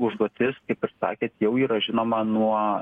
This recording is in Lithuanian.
užduotis kaip ir sakėt jau yra žinoma nuo